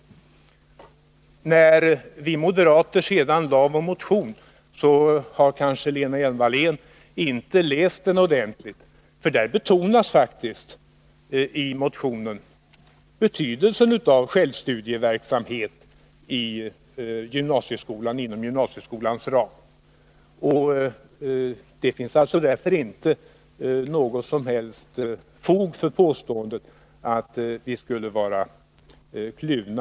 Den motion som vi moderater sedan väckte har nog inte Lena Hjelm-Wallén läst ordentligt. I den betonas faktiskt betydelsen av självstudieverksamhet inom gymnasieskolans ram. Det finns därför inte något som helst fog för påståendet att vi på denna punkt skulle vara kluvna.